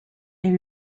est